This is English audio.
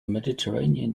mediterranean